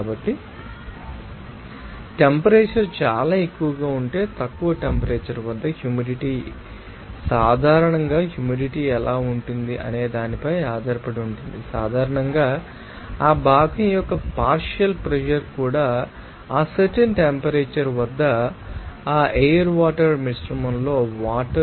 కాబట్టి టెంపరేచర్ చాలా ఎక్కువగా ఉంటే తక్కువ టెంపరేచర్ వద్ద హ్యూమిడిటీ ఏమిటి సాధారణంగా హ్యూమిడిటీ ఎలా ఉంటుంది అనే దానిపై ఆధారపడి ఉంటుంది సాధారణంగా ఆ భాగం యొక్క పార్షియల్ ప్రెషర్ కూడా ఆ సర్టెన్ టెంపరేచర్ వద్ద ఆ ఎయిర్ వాటర్ మిశ్రమంలో వాటర్